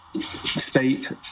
state